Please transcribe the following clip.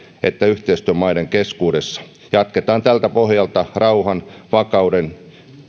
että yhteistyömaiden keskuudessa jatketaan tältä pohjalta rauhan vakauden